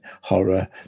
horror